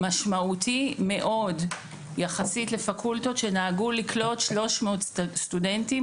משמעותי מאוד יחסית לפקולטות שנהגו לקלוט 300 סטודנטים.